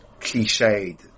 cliched